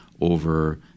over